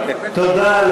תודה.